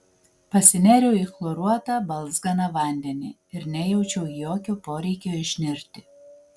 pasinėriau į chloruotą balzganą vandenį ir nejaučiau jokio poreikio išnirti